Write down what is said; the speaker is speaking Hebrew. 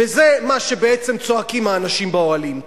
וזה מה שבעצם צועקים האנשים באוהלים.